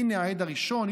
הינה העד הראשון,